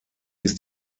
ist